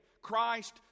Christ